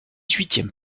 huitième